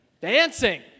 Dancing